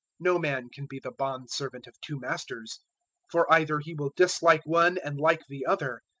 no man can be the bondservant of two masters for either he will dislike one and like the other,